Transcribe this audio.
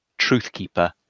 Truthkeeper